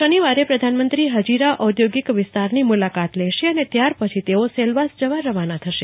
શનિવારે પ્રધાનમંત્રી હજીરા ઓદોગિક વિસ્તારની મુલાકાત લેશે અને ત્યારપછી તેઓ સેલવાસ જવા રવાના થશે